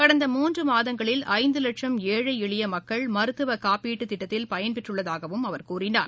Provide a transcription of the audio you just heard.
கடந்த மூன்று மாதங்களில் ஐந்து வட்சம் ஏழை எளிய மக்கள் மருத்துவக்காப்பீட்டு திட்டத்தில் பயன்பெற்றுள்ளதாகவும் தெரிவித்தார்